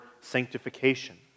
sanctification